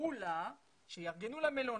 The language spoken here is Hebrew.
אמרו לה שיארגנו לה מלונית,